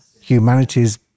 Humanity's